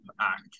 act